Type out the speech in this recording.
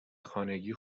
خانگی